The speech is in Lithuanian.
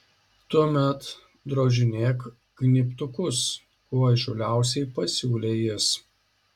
tuomet drožinėk gnybtukus kuo įžūliausiai pasiūlė jis